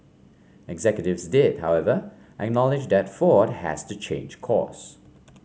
executives did however acknowledge that Ford has to change course